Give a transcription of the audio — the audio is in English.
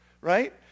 right